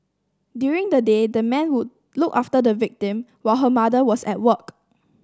during the day the man would look after the victim while her mother was at work